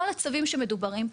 כל הצווים שמדוברים פה,